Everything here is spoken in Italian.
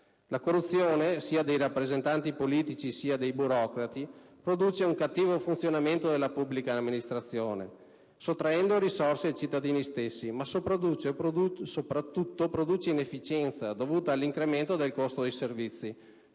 La corruzione, sia dei rappresentanti politici che dei burocrati, produce un cattivo funzionamento della pubblica amministrazione, sottraendo risorse ai cittadini stessi, ma soprattutto produce inefficienza dovuta all'incremento del costo dei servizi.